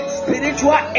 spiritual